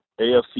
AFC